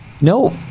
no